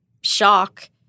shock